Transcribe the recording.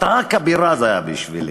הפתעה כבירה זה היה בשבילי,